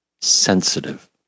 sensitive